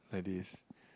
like this